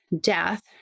death